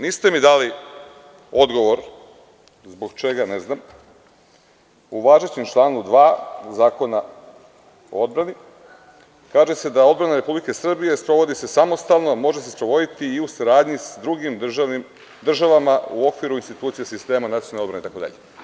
Niste mi dali odgovor, zbog čega ne znam, u važećem članu 2. Zakona o odbrani kaže se da odbrana Republike Srbije sprovodi se samostalno, a može se sprovoditi i u saradnji s drugim državama u okviru institucija sistema nacionalne odbrane itd.